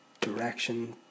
direction